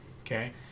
okay